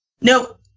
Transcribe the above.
Nope